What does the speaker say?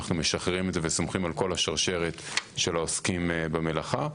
אנחנו משחררים את זה וסומכים על כל השרשרת של העוסקים במלאכה,